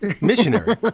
missionary